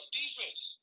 defense